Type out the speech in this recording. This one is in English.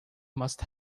must